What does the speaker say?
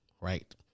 right